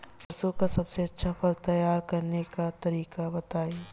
सरसों का सबसे अच्छा फसल तैयार करने का तरीका बताई